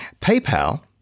PayPal